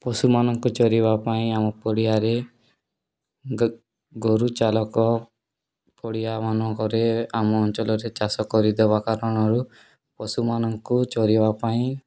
ପଶୁମାନଙ୍କୁ ଚରିବା ପାଇଁ ଆମ ପଡ଼ିଆରେ ଗୋରୁଚଲକ ପଡ଼ିଆ ମାନଙ୍କରେ ଆମ ଅଞ୍ଚଲରେ ଚାଷ କରିଦେବା କାରଣରୁ ପଶୁମାନଙ୍କୁ ଚରିବା ପାଇଁ